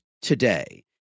today